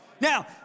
Now